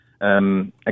Again